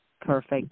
perfect